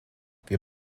wir